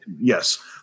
yes